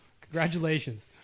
Congratulations